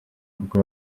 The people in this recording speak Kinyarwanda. kuko